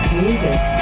music